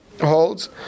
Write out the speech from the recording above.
holds